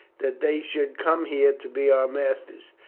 that they should come here to be our masters.